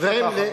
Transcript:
משפט אחרון.